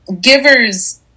givers